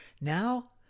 Now